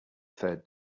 third